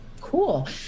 cool